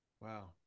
Wow